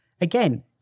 again